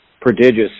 prodigious